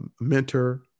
Mentor